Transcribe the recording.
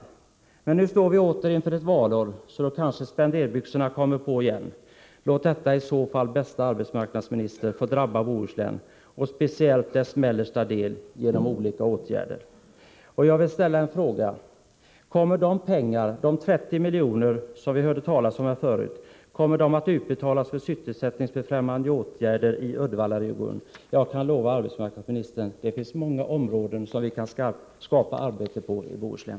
Nu står vi emellertid åter inför ett valår, så då kanske spenderbyxorna kommer på igen. Låt detta i så fall, bästa arbetsmarknadsminister, genom olika åtgärder få gälla Bohuslän och speciellt dess mellersta del. Jag vill ställa frågan: Kommer de pengar som finns, de 30 miljoner som vi nyss hörde talas om, att utbetalas för sysselsättningsfrämjande åtgärder i Uddevallaregionen? Jag kan lova arbetsmarknadsministern att det finns många områden där vi skulle kunna skapa arbeten i Bohuslän.